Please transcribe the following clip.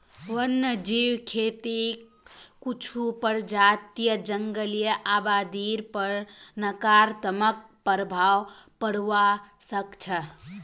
वन्यजीव खेतीक कुछू प्रजातियक जंगली आबादीर पर नकारात्मक प्रभाव पोड़वा स ख छ